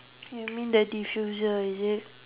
you mean the diffuser is it